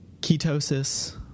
Ketosis